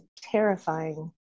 terrifying